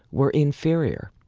were inferior.